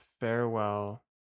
farewell